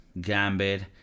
Gambit